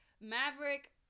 maverick